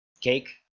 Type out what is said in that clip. cake